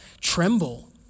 tremble